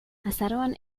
azaroan